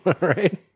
Right